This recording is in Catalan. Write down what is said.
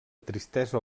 tristesa